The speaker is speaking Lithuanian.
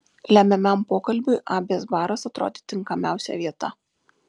lemiamam pokalbiui abės baras atrodė tinkamiausia vieta